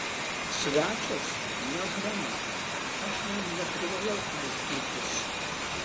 svečias ne žmona aš jam neprivalau aiškintis